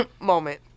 moment